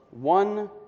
one